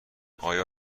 آیا